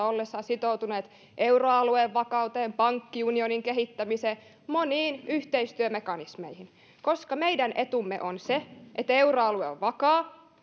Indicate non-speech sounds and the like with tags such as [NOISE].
[UNINTELLIGIBLE] ollessaan sitoutuneet euroalueen vakauteen pankkiunionin kehittämiseen moniin yhteistyömekanismeihin koska meidän etumme on se että euroalue on vakaa [UNINTELLIGIBLE]